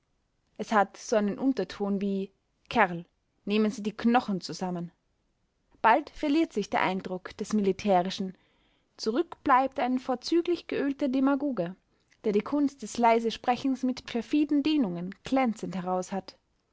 es hat so einen unterton wie kerl nehmen sie die knochen zusammen bald verliert sich der eindruck des militärischen zurück bleibt ein vorzüglich geölter demagoge der die kunst des leisesprechens mit perfiden dehnungen glänzend heraus hat